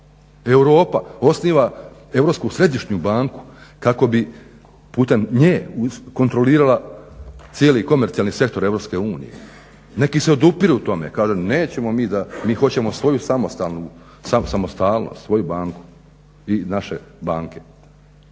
Europa osniva Europsku središnju banku kako bi putem nje kontrolirala cijeli komercijalni sektor EU, neki se odupiru tome, kažem nećemo mi da, mi hoćemo svoju samostalnost, svoju banku i naše banke.